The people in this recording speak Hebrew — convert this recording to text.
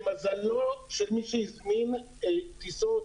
שמזלו של מי שהזמין טיסות,